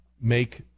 make